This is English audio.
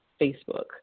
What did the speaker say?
Facebook